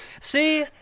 See